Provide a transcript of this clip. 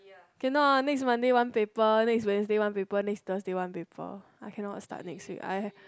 cannot next Monday one paper next Wednesday one paper next Thursday one paper I cannot start next week I